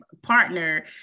Partner